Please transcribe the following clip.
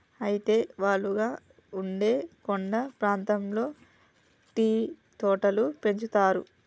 అయితే వాలుగా ఉండే కొండ ప్రాంతాల్లో టీ తోటలు పెంచుతారు